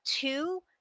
two